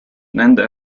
nende